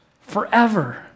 forever